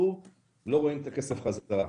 לא רואים את הכסף בחזרה.